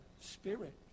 spirit